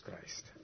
Christ